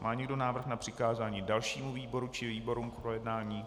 Má někdo návrh na přikázání dalšímu výboru či výborům k projednání?